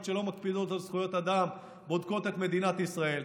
שלא מקפידות על זכויות אדם בודקות את מדינת ישראל.